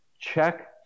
check